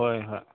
ꯍꯣꯏ ꯍꯣꯏ